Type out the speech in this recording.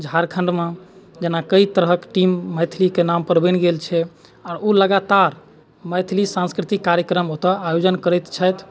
झारखण्डमे जेना कएक तरहके टीम मैथिलीके नामपर बनि गेल छै आओर ओ लगातार मैथिली सांस्कृतिक कार्यक्रम ओतऽ आयोजन करैत छथि